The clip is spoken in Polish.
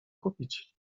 kupić